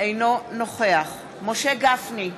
אינו נוכח משה גפני,